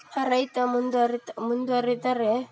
ಆ ರೈತ ಮುಂದ್ವರಿತ ಮುಂದ್ವರಿತಾರೆ